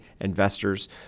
investors